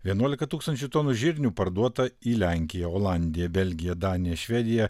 vienuolika tūkstančių tonų žirnių parduota į lenkiją olandiją belgiją daniją švediją